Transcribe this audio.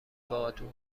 باهاتون